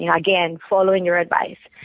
you know again, following your advice.